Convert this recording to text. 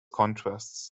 contrasts